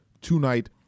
tonight